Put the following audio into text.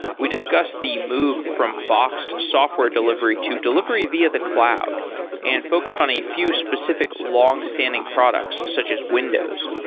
we discussed the move from boxed software delivery to delivery via the cloud and focused on a few specific longstanding products, such as windows.